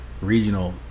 regional